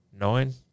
nine